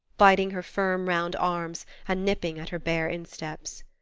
biting her firm, round arms and nipping at her bare insteps.